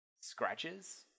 scratches